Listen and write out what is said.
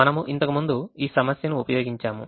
మనము ఇంతకు ముందు ఈ సమస్యను ఉపయోగించాము